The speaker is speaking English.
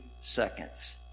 seconds